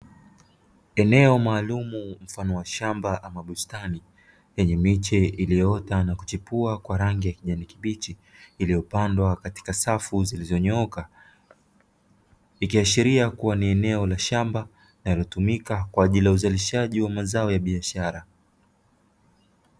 Eneo maalumu mfano wa shamba ama bustani lenye miche iliyoota na kuchipua kwa rangi ya kijani kibichi iliyopandwa katika safu zilizonyooka, ikiashiria kuwa ni eneo la shamba linalotumika kwa ajili ya mazao ya biashara.